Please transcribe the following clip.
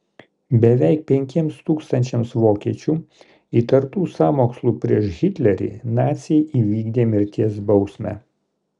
beveik penkiems tūkstančiams vokiečių įtartų sąmokslu prieš hitlerį naciai įvykdė mirties bausmę